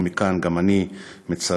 ומכאן גם אני מצרף